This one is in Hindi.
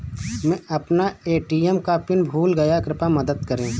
मै अपना ए.टी.एम का पिन भूल गया कृपया मदद करें